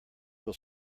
will